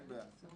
אין בעיה.